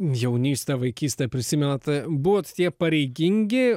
jaunystę vaikystę prisimenat buvot tie pareigingi